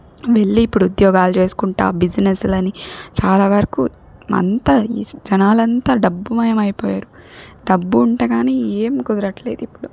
వెళ్ళి ఇప్పుడు ఉద్యాగాలు చేసుకుంటా బిజినెస్లని చాలావరకు అంతా ఈ జనాలంతా డబ్బుమయమైపోయారు డబ్బు ఉంటే గాని ఏం కుదరట్లేదిప్పుడు